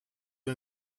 wir